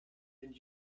and